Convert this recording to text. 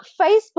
facebook